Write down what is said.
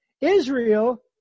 Israel